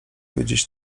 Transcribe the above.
wiedzieć